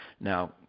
Now